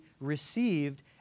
received